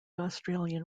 australian